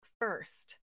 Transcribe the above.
First